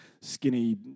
skinny